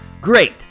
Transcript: Great